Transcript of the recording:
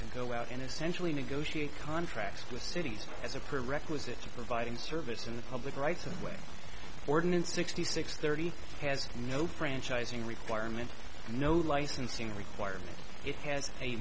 to go out and essentially negotiate contracts with cities as a prerequisite to providing service in the public rights of way ordinance sixty six thirty has no franchising requirement and no licensing requirements it has a